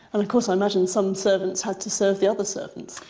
and of course, i imagine some servants had to serve the other servants.